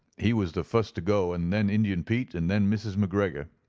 he was the fust to go, and then indian pete, and then mrs. mcgregor,